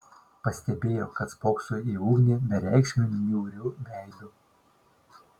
pastebėjo kad spokso į ugnį bereikšmiu niūriu veidu